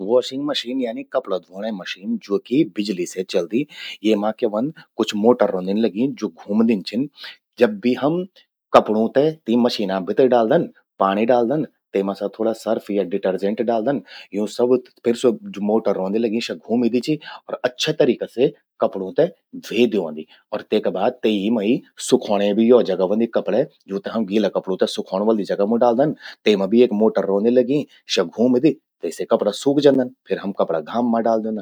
Washing machine यानी कि कपड़ा ध्वोणे मशीन ज्वो कि बिजलि से चलदी। येमा क्य व्हंद कुछ मोटर रौंदिन लग्यीं, ज्वो घूमदिन छिन। जब भी हम कपड़ों ते तीं मशीना भितर डालदन, पाणि डालदन। तेमा थोड़ा सा सर्फ या डिटरजेंट डालदन। यूं सभु फिर स्वो ज्वो मोटर रौंदि लग्यीं, स्या घूमदि चि अर अच्छा तरिका से कपड़ों ते ध्वे द्योंदि। अर तेका बाद ते ही मां यी सुखौंणे भि यो जगा व्हंदि कपड़े। तूंते हम गीला कपड़ों ते सुखौंण वलि जगा मू डालदन। तेमा भि एक मोटर रौंदि लग्यीं। स्या घूमदि, तेसे कपड़ा सूख जंदन। फिर हम कपड़ा घाम मां डाल द्योंदन।